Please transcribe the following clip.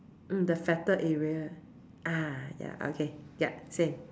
mm the fatter area ah ya okay yup same